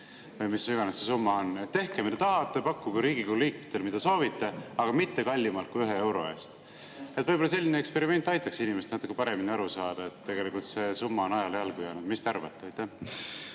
või mis iganes see summa on. Tehke, mida tahate, pakkuge Riigikogu liikmetele, mida soovite, aga mitte kallimalt kui ühe euro eest. Võib-olla selline eksperiment aitaks inimestel natuke paremini aru saada, et tegelikult see summa on ajale jalgu jäänud. Mis te arvate?